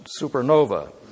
Supernova